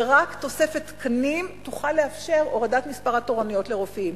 ורק תוספת תקנים תוכל לאפשר את הורדת מספר התורנויות לרופאים.